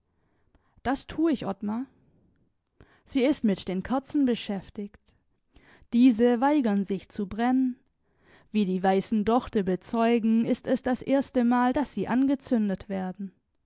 das tu ich ottmar sie ist mit den kerzen beschäftigt diese weigern sich zu brennen wie die weißen dochte bezeugen ist es das erste mal daß sie angezündet werden